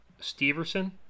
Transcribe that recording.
Steverson